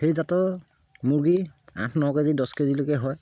সেইজাতৰ মুৰ্গী আঠ ন কেজি দছ কেজিলৈকে হয়